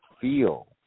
feel